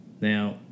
Now